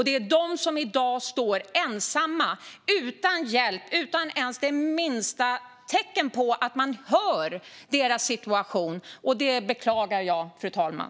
Det är de som i dag står ensamma utan hjälp och utan ens det minsta tecken på att man hör hur deras situation är. Det beklagar jag, fru talman.